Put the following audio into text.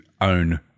own